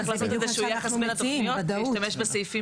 צריך לעשות איזשהו יחס בין התוכניות ולהשתמש בסעיפים הנכונים.